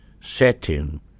setting